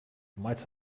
might